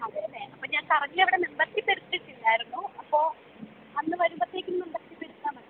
അതെ അല്ലേ അപ്പോൾ ഞാൻ കറക്റ്റ് അവിടെ മെമ്പർഷിപ്പ് എടുത്തിട്ടില്ലായിരുന്നു അപ്പോൾ അന്ന് വരുമ്പത്തേക്കും മെമ്പർഷിപ്പ് എടുത്താൽ മതിയോ